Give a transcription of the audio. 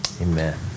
Amen